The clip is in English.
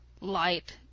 light